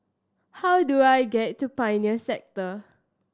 how do I get to Pioneer Sector